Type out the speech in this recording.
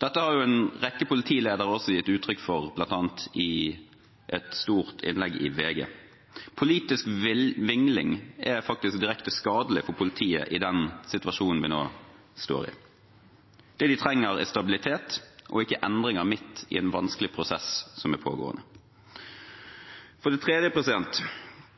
Dette har en rekke politiledere også gitt uttrykk for, bl.a. i et stort innlegg i VG. Politisk vingling er faktisk direkte skadelig for politiet i den situasjonen vi nå står i. Det de trenger, er stabilitet og ikke endringer midt i en vanskelig prosess som er pågående. For det tredje